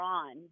on